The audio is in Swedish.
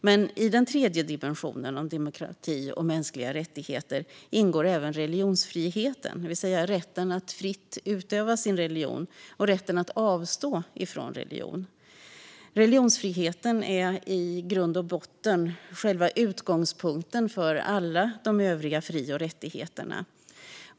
Men i den tredje dimensionen, som handlar om demokrati och mänskliga rättigheter, ingår även religionsfriheten, det vill säga rätten att fritt utöva sin religion och rätten att avstå från religion. Religionsfriheten är i grund och botten själva utgångspunkten för alla de övriga fri och rättigheterna.